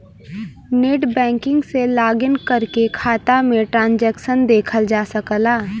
net banking से login करके खाता में ट्रांसैक्शन देखल जा सकला